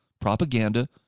propaganda